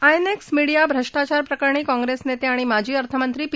INX media भ्रष्टाचार प्रकरणी काँप्रेसनेते आणि माजी अर्थमंत्री पी